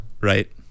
Right